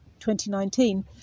2019